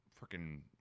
freaking